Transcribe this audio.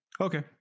Okay